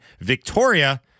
Victoria